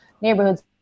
neighborhoods